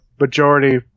majority